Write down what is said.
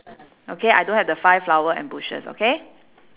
okay I don't have the five flower and bushes okay